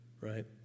right